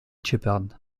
shepherd